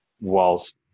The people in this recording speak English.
whilst